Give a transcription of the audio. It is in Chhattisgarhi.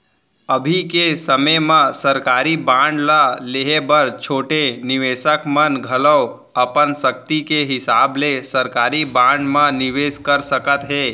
अभी के समे म सरकारी बांड ल लेहे बर छोटे निवेसक मन घलौ अपन सक्ति के हिसाब ले सरकारी बांड म निवेस कर सकत हें